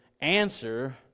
answer